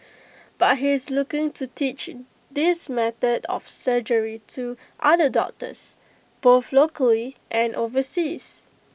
but he is looking to teach this method of surgery to other doctors both locally and overseas